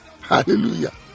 Hallelujah